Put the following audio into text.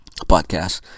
podcast